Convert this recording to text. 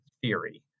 theory